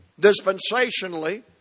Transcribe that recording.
dispensationally